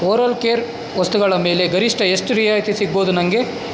oral care ವಸ್ತುಗಳ ಮೇಲೆ ಗರಿಷ್ಟ ಎಷ್ಟು ರಿಯಾಯಿತಿ ಸಿಗ್ಬೋದು ನನಗೆ